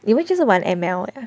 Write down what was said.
你们就是玩 M_L ah